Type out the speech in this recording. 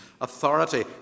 authority